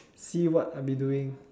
see what I'll be doing